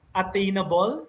attainable